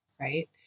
right